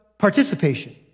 participation